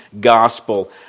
gospel